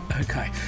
Okay